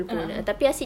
a'ah